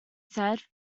said